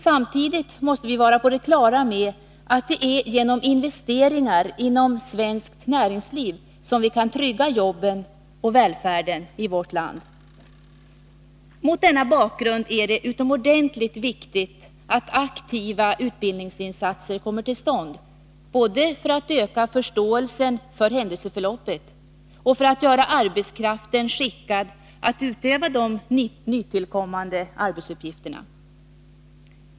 Samtidigt måste vi vara på det klara med att det är genom investeringar inom svenskt näringsliv som vi kan trygga jobben och välfärden i vårt land. Mot denna bakgrund är det utomordentligt viktigt att aktiva utbildningsinsatser kommer till stånd både för att öka förståelsen för händelseförloppet och för att göra arbetskraften skickad att utöva de nytillkommande arbetsuppgifterna.